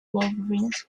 wolverines